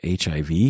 HIV